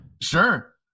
Sure